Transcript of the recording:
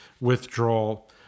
withdrawal